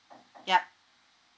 yup